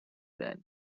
that